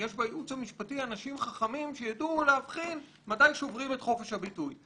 יש בייעוץ המשפטי אנשים חכמים שיידעו להבחין מתי שוברים את חופש הביטוי.